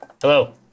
Hello